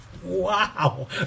Wow